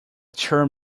term